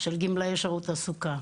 של גמלאי שירות התעסוקה.